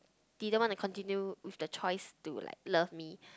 didn't want to continue with the choice to like love me